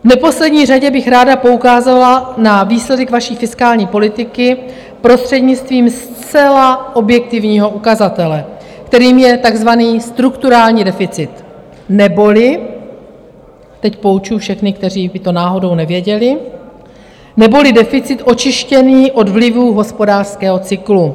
V neposlední řadě bych ráda poukázala na výsledek vaší fiskální politiky prostřednictvím zcela objektivního ukazatele, kterým je takzvaný strukturální deficit neboli teď poučuji všechny, kteří by to náhodou nevěděli deficit očištěný od vlivů hospodářského cyklu.